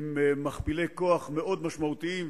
עם מכפילי כוח מאוד משמעותיים,